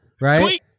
right